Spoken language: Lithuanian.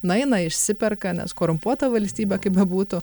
nueina išsiperka nes korumpuota valstybė kaip bebūtų